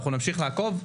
אנחנו נמשיך לעקוב.